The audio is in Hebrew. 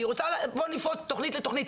בוא נפרוט תוכנית ותוכנית,